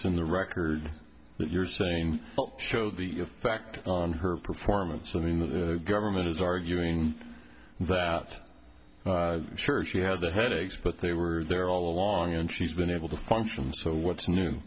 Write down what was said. from the record that you're saying show the effect on her performance i mean the government is arguing that sure she had the headaches but they were there all along and she's been able to function so what's new